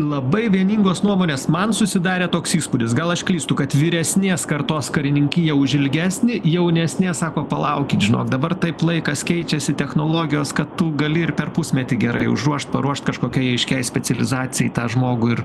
labai vieningos nuomonės man susidarė toks įspūdis gal aš klystu kad vyresnės kartos karininkija už ilgesnį jaunesnės sako palaukit žinok dabar taip laikas keičiasi technologijos kad tu gali ir per pusmetį gerai užruošt paruošt kažkokiai aiškiai specializacijai tą žmogų ir